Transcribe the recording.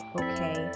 okay